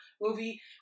movie